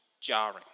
jarring